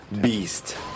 beast